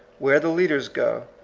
where the leaders go,